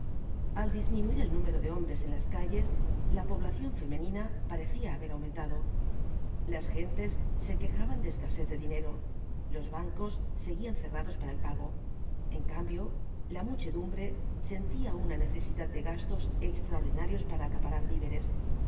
al disminuir el número de hombres en las calles la población femenina parecía haber aumentado las gentes se quejaban de escasez de dinero los bancos seguían cerrados para el pago en cambio la muchedumbre sentía una necesidad de gastos extraordinarios para acaparar víveres